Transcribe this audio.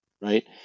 right